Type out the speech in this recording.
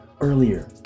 earlier